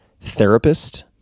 therapist